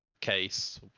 case